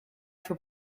for